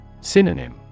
Synonym